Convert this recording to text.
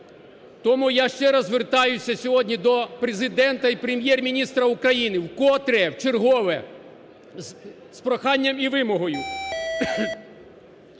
Тому я ще раз звертаюсь сьогодні до Президенті і Прем'єр-міністра України, вкотре, вчергове з проханням і вимогою